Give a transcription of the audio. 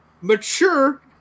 mature